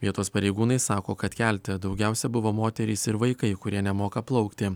vietos pareigūnai sako kad kelte daugiausia buvo moterys ir vaikai kurie nemoka plaukti